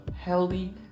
healthy